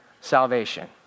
salvation